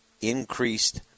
increased